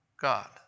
God